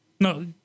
No